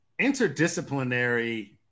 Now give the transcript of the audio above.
interdisciplinary